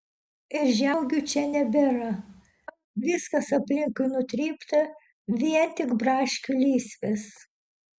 ir žemuogių čia nebėra viskas aplinkui nutrypta vien tik braškių lysvės